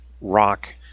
rock